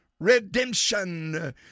Redemption